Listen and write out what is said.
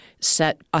set